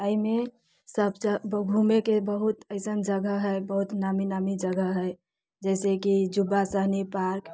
अइमे सभ ज घुमैके बहुत ऐसन जगह हय बहुत नामी नामी जगह हय जैसे कि जुब्बा सहनी पार्क